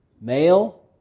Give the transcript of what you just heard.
male